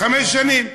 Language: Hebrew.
חמש שנים.